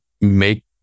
make